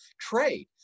trade